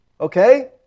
Okay